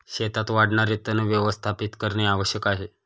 शेतात वाढणारे तण व्यवस्थापित करणे आवश्यक आहे